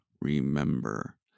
remember